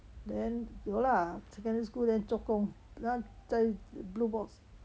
then 有 lah secondary school then 做工那在 blue box